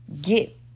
get